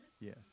Yes